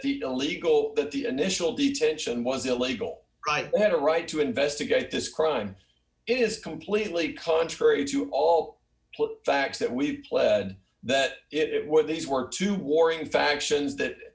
the illegal that the initial detention was illegal had a right to investigate this crime it is completely contrary to all facts that we've pled that it were these were two warring factions that